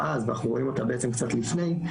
אז ואנחנו רואים אותה בעצם קצת לפני,